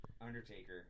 Undertaker